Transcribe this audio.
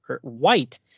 white